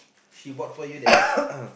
she bought for you that